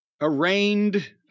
arraigned